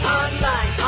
online